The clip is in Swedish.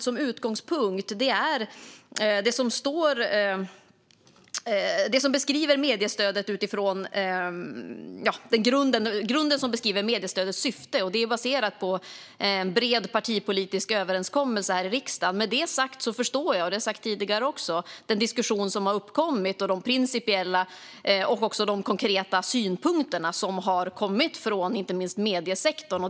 Som utgångspunkt har man använt grunden som beskriver mediestödets syfte, och det är baserat på en bred partipolitisk överenskommelse här i riksdagen. Med det sagt förstår jag - det har jag också sagt tidigare - den diskussion som har uppkommit och de principiella och konkreta synpunkterna, inte minst från mediesektorn.